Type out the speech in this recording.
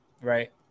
right